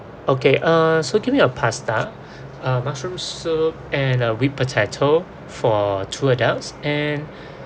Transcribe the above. okay uh so give me a pasta ah mushroom soup and a whipped potato for two adults and